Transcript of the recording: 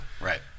Right